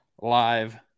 live